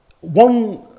one